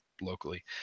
locally